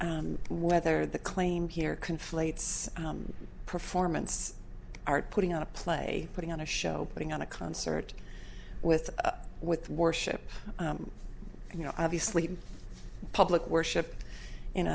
whether the claim here conflates performance art putting on a play putting on a show putting on a concert with with worship you know obviously public worship in